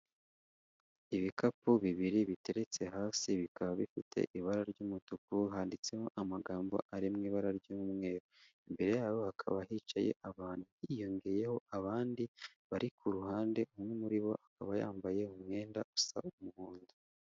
Ibikapu bibiri biteretse hasi, bikaba bifite ibara ry'umutuku, handitseho amagambo ari mu ibara ry'umweru, imbere yabo hakaba hicaye abantu, hiyongeyeho abandi bari ku ruhande, umwe muri bo akaba yambaye umwenda usa umuhondo.